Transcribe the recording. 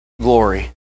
glory